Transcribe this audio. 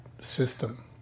system